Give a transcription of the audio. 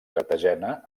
cartagena